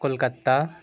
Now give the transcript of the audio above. Kolkata